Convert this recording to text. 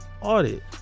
audit